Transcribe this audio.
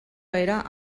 era